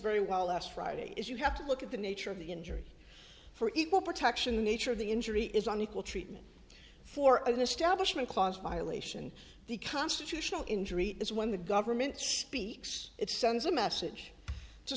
very well last friday is you have to look at the nature of the injury for equal protection the nature of the injury is on equal treatment for an establishment clause violation the constitutional injury is when the government speaks it sends a message to